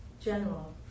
General